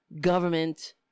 government